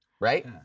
right